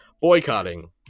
Boycotting